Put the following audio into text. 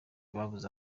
babuze